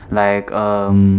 like um